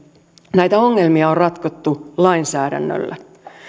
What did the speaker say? näitä ongelmia on ratkottu lainsäädännöllä